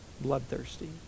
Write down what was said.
bloodthirsty